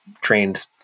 trained